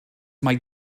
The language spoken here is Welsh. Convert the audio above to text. mae